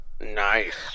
Nice